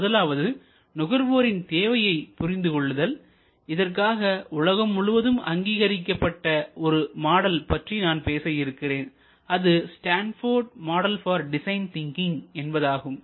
முதலாவது நுகர்வோரின் தேவையை புரிந்து கொள்ளுதல் இதற்காக உலகம் முழுதும் அங்கீகரிக்கப்பட்ட ஒரு மாடல் பற்றி நான் பேச இருக்கிறேன் அது Stanford model for design thinking என்பதாகும்